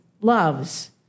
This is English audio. loves